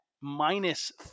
minus